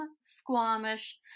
Squamish